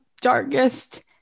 darkest